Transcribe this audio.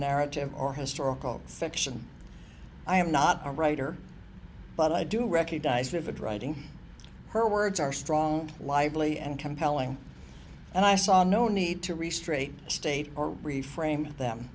narrative or historical fiction i am not a writer but i do recognize that the driving her words are strong lively and compelling and i saw no need to restrain state or rephrase them